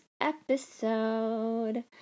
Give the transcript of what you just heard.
episode